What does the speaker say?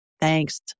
Thanks